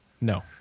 No